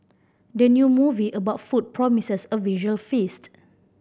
the new movie about food promises a visual feast